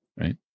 right